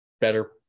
better